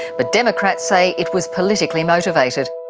but democrats say it was politically motivated.